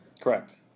Correct